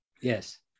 Yes